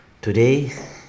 today